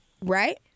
right